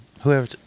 whoever